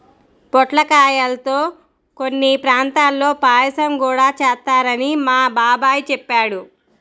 పొట్లకాయల్తో కొన్ని ప్రాంతాల్లో పాయసం గూడా చేత్తారని మా బాబాయ్ చెప్పాడు